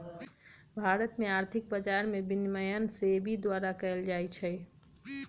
भारत में आर्थिक बजार के विनियमन सेबी द्वारा कएल जाइ छइ